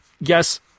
Yes